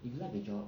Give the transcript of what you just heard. if you like the job